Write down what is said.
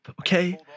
okay